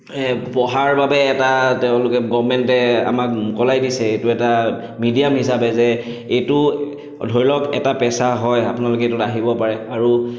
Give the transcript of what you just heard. এই পঢ়াৰ বাবে এটা তেওঁলোকে গভৰ্ণমেণ্টে আমাক মোকলাই দিছে এইটো এটা মিডিয়াম হিচাপে যে এইটো ধৰি লওক এটা পেছা হয় আপোনালোকে এইটোত আহিব পাৰে আৰু